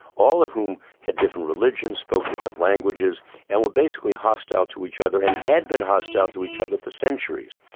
all of whom had different religions, spoke different languages and were basically hostile to each other and had been hostile to each other for centuries.